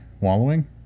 wallowing